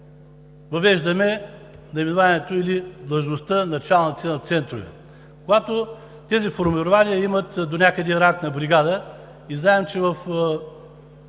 въвеждане наименованието или длъжността „началници на центрове“. Когато тези формирования имат донякъде ранг на бригада и знаем, че в